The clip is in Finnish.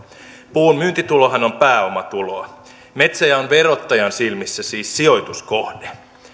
puun myyntitulohan on pääomatuloa metsä on verottajan silmissä siis sijoituskohde